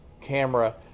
camera